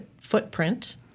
footprint